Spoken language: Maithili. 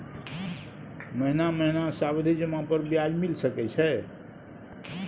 महीना महीना सावधि जमा पर ब्याज मिल सके छै?